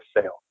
sale